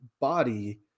body